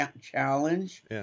challenge